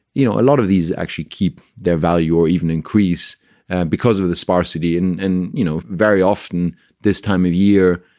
you know, a lot of these actually keep their value or even increase and because of of the sparsity. and, and you know, very often this time of year,